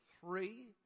three